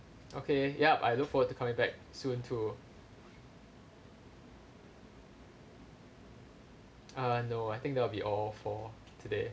okay yup I look forward to come in back soon too err no I think that will be all for today